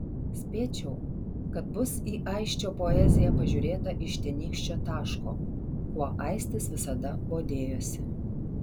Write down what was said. spėčiau kad bus į aisčio poeziją pažiūrėta iš tenykščio taško kuo aistis visada bodėjosi